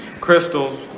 crystals